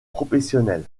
professionnel